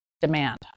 demand